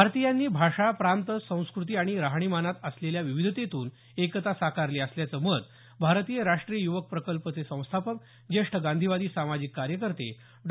भारतीयांनी भाषा प्रांत संस्कृती आणि राहणीमानात असलेल्या विविधतेतून एकता साकारली असल्याचं मत भारतीय राष्टीय युवक प्रकल्पचे संस्थापक ज्येष्ठ गांधीवादी सामाजिक कार्यकर्ते डॉ